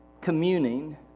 communing